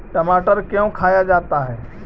टमाटर क्यों खाया जाता है?